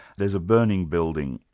there's a burning building,